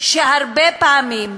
שהרבה פעמים,